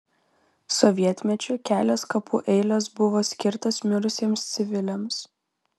sovietmečiu kelios kapų eilės buvo skirtos mirusiems civiliams